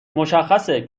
مشخصه